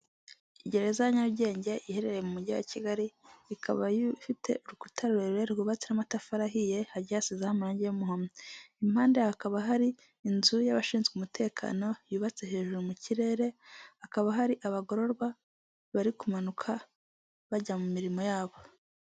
Gereza ya Nyarugenge iherereye mu mujyi wa Kigali ikaba ifite urukuta rurerure rwubatse n'amatafari ahiye, hagiye hasize amarangi y'umuhondo, impande hakaba hari inzu y'abashinzwe umutekano yubatse hejuru mu kirere, hakaba hari abagororwa bari kumanuka bajya mu mirimo yabo.